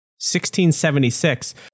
1676